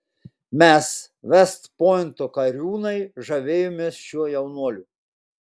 mes vest pointo kariūnai žavėjomės šiuo jaunuoliu